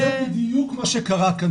זה -- זה בדיוק מה שקרה כאן,